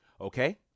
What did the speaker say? Okay